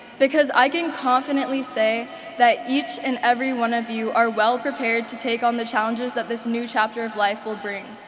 because i can confidently say that each and every one of you are well-prepared to take on the challenges that this new chapter of life will bring.